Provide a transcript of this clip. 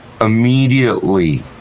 immediately